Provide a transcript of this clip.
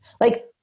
Like-